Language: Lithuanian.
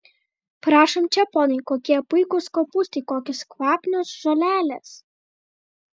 prašom čia ponai kokie puikūs kopūstai kokios kvapnios žolelės